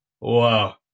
Wow